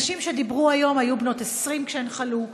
הנשים שדיברו היום היו בנות 20 כשהן חלו,